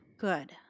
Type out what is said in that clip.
good